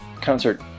concert